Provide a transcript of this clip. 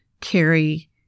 carry